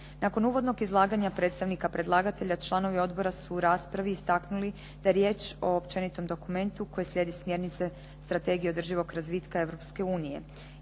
Nakon uvodnog izlaganja predstavnika predlagatelja, članovi odbora su u raspravi istaknuli da je riječ o općenitom dokumentu koji slijedi smjernice Strategije održivog razvitka